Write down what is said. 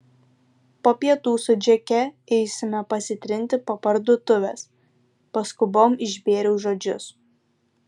po pietų su džeke eisime pasitrinti po parduotuves paskubom išbėriau žodžius